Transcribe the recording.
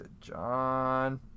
John